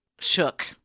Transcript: shook